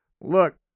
Look